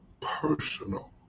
personal